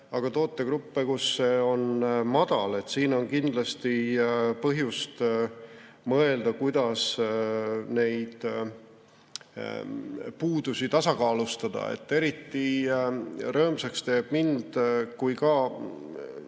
ka tootegruppe, kus see on madal. Siin on kindlasti põhjust mõelda, kuidas neid puudusi tasakaalustada. Eriti rõõmsaks teeb mind kui